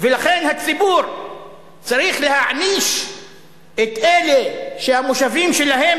לכן הציבור צריך להעניש את אלה שהמושבים שלהם